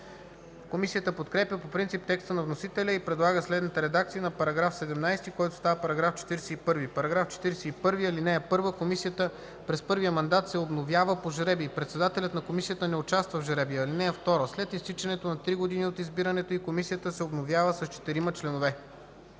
Комисията подкрепя по принцип текста на вносителя и предлага следната редакция на § 17, който става § 41: „§ 41. (1) Комисията през първия мандат се обновява по жребий. Председателят на комисията не участва в жребия. (2) След изтичането на три години от избирането й комисията се обновява с четирима